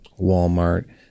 Walmart